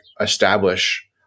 establish